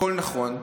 הכול נכון,